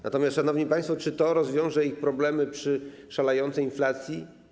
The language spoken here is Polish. Natomiast, szanowni państwo, czy to rozwiąże ich problemy przy szalejącej inflacji?